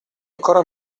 ancora